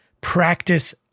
practice